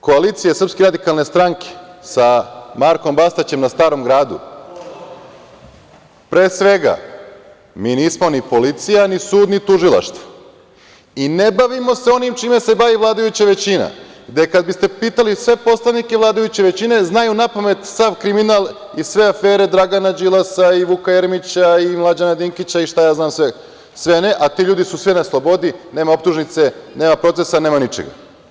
Što se tiče koalicije SRS sa Markom Bastaćem na Starom gradu, pre svega, mi nismo ni policija, ni sud, ni tužilaštvo i ne bavimo se onim čime se bavi vladajuća većina, gde kad biste pitali sve poslanike vladajuće većine znaju napamet sav kriminal i sve afere Dragana Đilasa, Vuka Jeremića, Mlađana Dinkića i šta ja znam sve ne, a ti ljudi su svi na slobodi, nema optužnice, nema procesa, nema ničega.